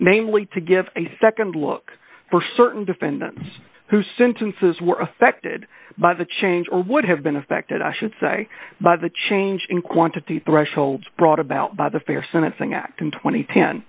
namely to give a nd look for certain defendants who sentences were affected by the change or would have been affected i should say by the change in quantity thresholds brought about by the fair sentencing act in tw